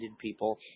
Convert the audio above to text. people